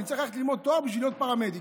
אני צריך ללכת ללמוד לתואר בשביל להיות פרמדיק.